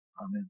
Amen